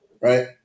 right